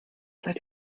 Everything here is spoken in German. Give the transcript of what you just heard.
seid